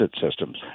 systems